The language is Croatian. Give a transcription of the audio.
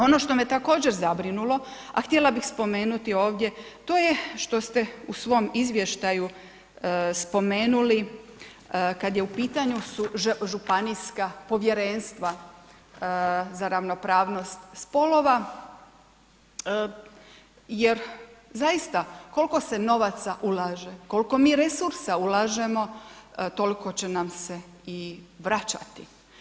Ono što me također zabrinulo, a htjela bih spomenuti ovdje, to je što ste u svom izvještaju spomenuli kad je u pitanju županijska povjerenstva za ravnopravnost spolova, jer zaista koliko se novaca ulaže, koliko mi resursa ulažemo, toliko će nam se i vraćati.